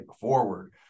forward